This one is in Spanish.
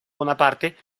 bonaparte